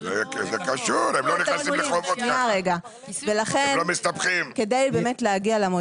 זה קשור, הם לא נכנסים לחובות ככה, הם לא מסתבכים.